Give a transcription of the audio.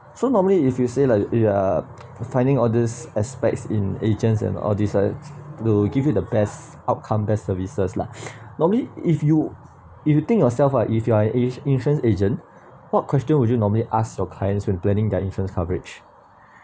so normally if you say like ya for finding all these aspects in agents and all decided to give you the best outcome best services lah normally if you if you think yourself uh if you are a insurance agent what question would you normally ask your clients when planning their insurance coverage